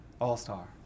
All-Star